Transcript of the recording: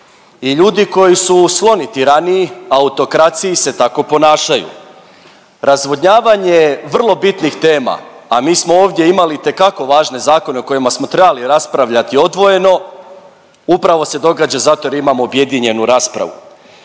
I ljudi koji su skloni tiraniji, autokraciji se tako ponašaju. Razvodnjavanje vrlo bitnih tema, a mi smo ovdje imali itekako važne zakone o kojima smo trebali raspravljati odvojeno upravo se događa zato jer imamo objedinjenu raspravu.